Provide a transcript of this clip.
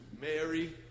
Mary